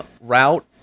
route